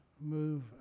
move